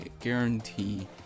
guarantee